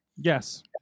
yes